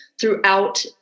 throughout